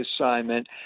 assignment